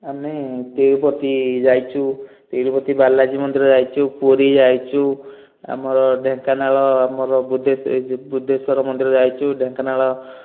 ଆମେ ତିରୁପତି ଯାଇଛୁ ତିରୁପତି ବାଲାଜୀ ମନ୍ଦିର ଯାଇଛୁ ପୁରୀ ଯାଇଛୁ ଆମର ଢେଙ୍କାନାଳ ଆମର ବୁଦ୍ଧେଶ ଏ ଯେଉଁ ବୁଦ୍ଧେଶ୍ୱର ମନ୍ଦିର ଯାଇଛୁ ଢେଙ୍କାନାଳ